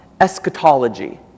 eschatology